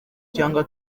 cyangwa